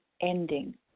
ending